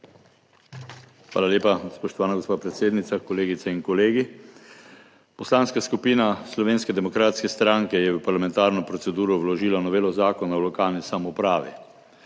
Hvala lepa, spoštovana gospa predsednica. Kolegice in kolegi! Poslanska skupina Slovenske demokratske stranke je v parlamentarno proceduro vložila novelo Zakona o lokalni samoupravi.